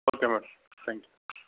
okay madam thank you